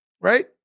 right